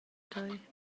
tei